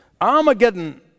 Armageddon